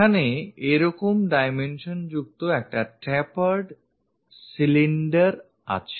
সেখানে এরকম dimensions যুক্ত একটা tapered cylinder আছে